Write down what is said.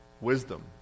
wisdom